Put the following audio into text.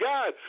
God